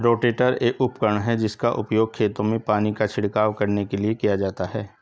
rotator एक उपकरण है जिसका उपयोग खेतों में पानी का छिड़काव करने के लिए किया जाता है